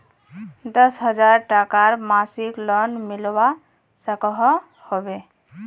दस हजार टकार मासिक लोन मिलवा सकोहो होबे?